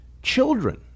Children